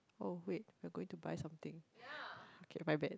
oh wait we're going to buy something okay my bad